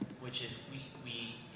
which is, we, we.